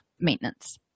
maintenance